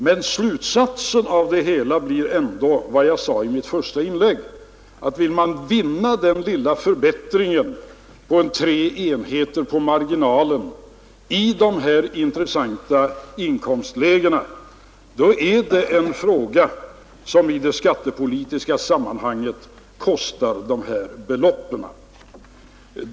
Men slutsatsen av det hela blir ändå, som jag sade i mitt första inlägg, att vill man vinna den lilla förbättringen med tre enheter på marginalskatten i de här intressanta inkomstlägena, då är det någonting som i det skattepolitiska sammanhanget kostar sådana belopp som 3 miljarder.